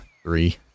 three